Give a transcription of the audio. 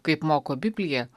kaip moko biblija